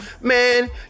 Man